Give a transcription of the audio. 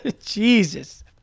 Jesus